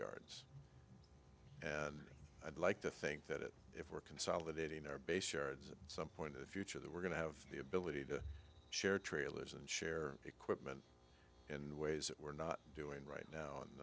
yards and i'd like to think that if we're consolidating our base sherrod's some point in the future that we're going to have the ability to share trailers and share equipment in ways that we're not doing right now and